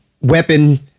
weapon